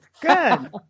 Good